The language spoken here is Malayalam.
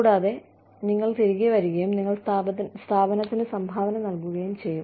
കൂടാതെ നിങ്ങൾ തിരികെ വരികയും നിങ്ങൾ സ്ഥാപനത്തിന് സംഭാവന നൽകുകയും ചെയ്യും